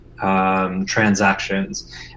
transactions